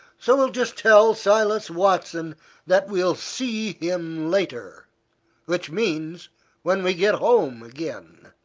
so we'll just tell silas watson that we'll see him later which means when we get home again.